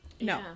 no